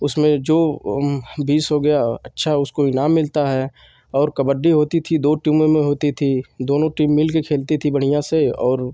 उसमें जो बीस हो गया अच्छा उसको इनाम मिलता है और कबड्डी होती थी दो टीमों में होती थी दोनों टीम मिलकर खेलती थी बढ़ियाँ से और